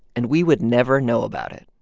and we would never know about it.